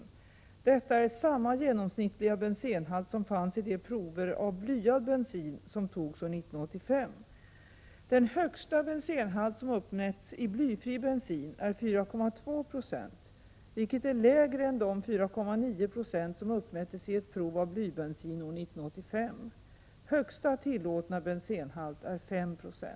Detta är samma genomsnittliga bensenhalt som fanns i de prover av blyad bensin som togs år 1985. Den högsta bensenhalt som uppmätts i blyfri bensin är 4,2 90, vilket är lägre än de 4,9 20 som uppmättes i prov av blybensin år 1985. Högsta tillåtna bensenhalten är 5,0 96.